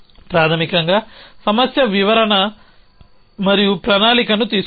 ప్రాథమికంగా సమస్య వివరణ మరియు ప్రణాళికను తీసుకుంటుంది